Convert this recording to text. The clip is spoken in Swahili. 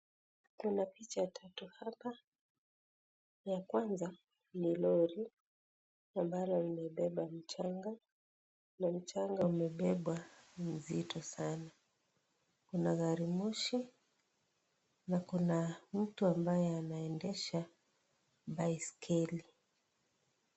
Kuna picha tatu hapa ya kwanza ni lorry ambalo limebeba mchanga na mchanga umebebwa ni mzito sana kuna garimoshi na Kuna mtu ambaye anaendesha baiskeli.